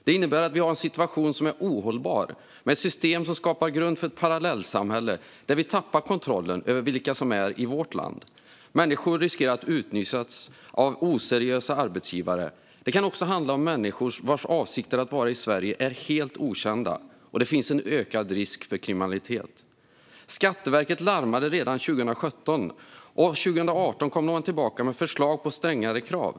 Det innebär att vi har en situation som är ohållbar, med ett system som skapar grund för ett parallellsamhälle där vi tappar kontrollen över vilka som är i vårt land. Människor riskerar att utnyttjas av oseriösa arbetsgivare. Det kan också handla om människor vars avsikter med att vara i Sverige är helt okända, och det finns en ökad risk för kriminalitet. Skatteverket larmade redan 2017, och 2018 kom man tillbaka med förslag på strängare krav.